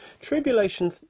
Tribulation